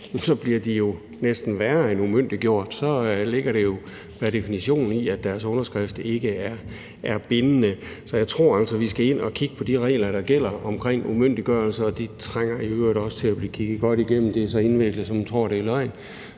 er værre end at blive umyndiggjort, for så ligger der jo pr. definition det i det, at deres underskrift ikke er bindende. Så jeg tror altså, vi skal ind at kigge på de regler, der gælder omkring umyndiggørelse, og de trænger i øvrigt også til at blive kigget godt igennem, de er så indviklede, at man tror, det er løgn,